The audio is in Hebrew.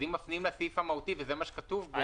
אם מפנים לסעיף המהותי, וזה מה שכתוחב-